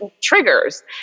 triggers